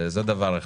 זה דבר אחד.